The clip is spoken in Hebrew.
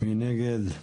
הצבעה בעד,